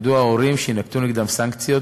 ידעו ההורים שיינקטו נגדם סנקציות,